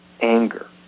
anger